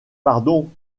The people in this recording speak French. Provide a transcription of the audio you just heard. pardon